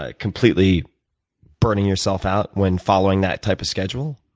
ah completely burning yourself out when following that type of schedule?